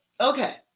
Okay